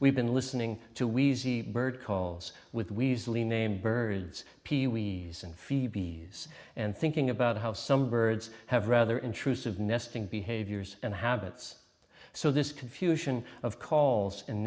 we've been listening to we see bird calls with weasely name birds pee wee and phoebe's and thinking about how some birds have rather intrusive nesting behaviors and habits so this confusion of calls and